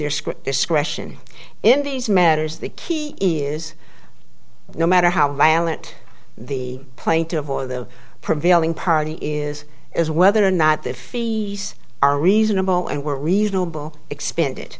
their script discretion in these matters the key is no matter how violent the plaintiff or the prevailing party is is whether or not the fees are reasonable and were reasonable expended